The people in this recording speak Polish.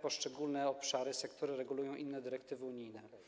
poszczególne obszary sektora regulują inne dyrektywy unijne.